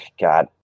God